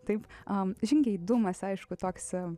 taip a žingeidumas aišku toks